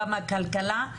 גם הכלכלה,